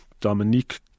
Dominique